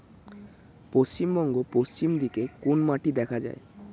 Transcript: পশ্চিমবঙ্গ পশ্চিম দিকে কোন মাটি দেখা যায়?